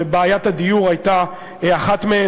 ובעיית הדיור הייתה אחת מהם.